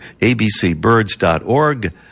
abcbirds.org